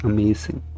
Amazing